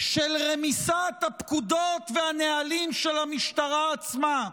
של רמיסת הפקודות והנהלים של המשטרה עצמה,